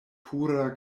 pura